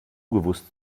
gewusst